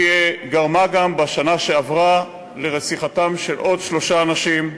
גרמה גם בשנה שעברה לרציחתם של עוד שלושה אנשים: